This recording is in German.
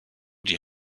die